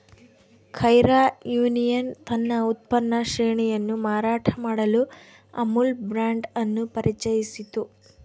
Kaira union ತನ್ನ ಉತ್ಪನ್ನ ಶ್ರೇಣಿಯನ್ನು ಮಾರಾಟ ಮಾಡಲು ಅಮುಲ್ ಬ್ರಾಂಡ್ ಅನ್ನು ಪರಿಚಯಿಸಿತು